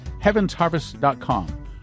heavensharvest.com